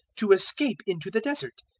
to escape into the desert.